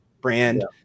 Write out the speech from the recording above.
brand